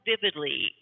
vividly